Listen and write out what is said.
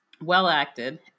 well-acted